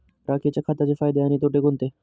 राखेच्या खताचे फायदे आणि तोटे कोणते?